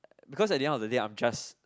because at the end of the day I'm just